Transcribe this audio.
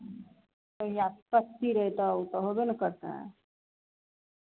तहिआ कच्ची रहै तऽ ओ तऽ होयबे ने करतै